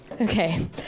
Okay